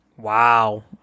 Wow